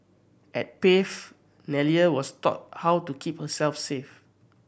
at Pave Nellie was taught how to keep herself safe